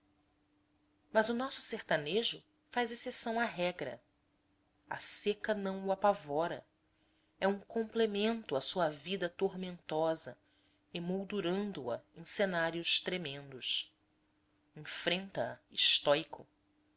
mas o nosso sertanejo faz exceção à regra a seca não o apavora é um complemento à sua vida tormentosa emoldurando a em cenários tremendos enfrenta a estóico